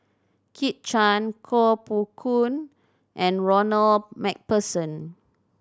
Kit Chan Koh Poh Koon and Ronald Macpherson